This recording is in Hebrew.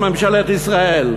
ממשלת ישראל.